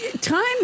Time